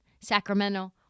sacramento